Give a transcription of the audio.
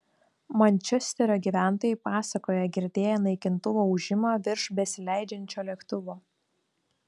mančesterio gyventojai pasakoja girdėję naikintuvo ūžimą virš besileidžiančio lėktuvo